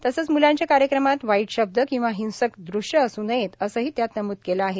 तसंच म्रलांच्या कार्यक्रमात वाईट शब्द किंवा हिंसक दृश्य असू नयेत असंही त्यात नमूद केलं आहे